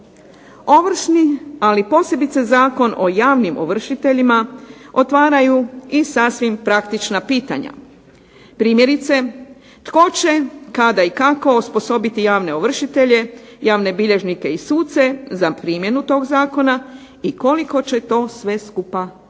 Ovršni ali posebice Zakon o javnim ovršiteljima otvaraju i sasvim praktična pitanja. Primjerice tko će, kada i kako osposobiti javne ovršitelje, javne bilježnike i suce za primjenu tog zakona i koliko će to sve skupa koštati.